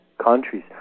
countries